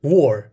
War